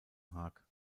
haag